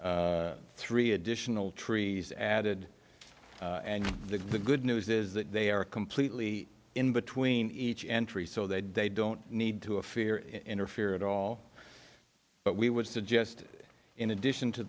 see three additional trees added and the good news is that they are completely in between each entry so they'd they don't need to a fear interfere at all but we would suggest in addition to